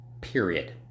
Period